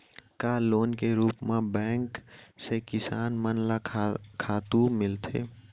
का लोन के रूप मा बैंक से किसान मन ला खातू मिलथे?